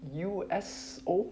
U_S_O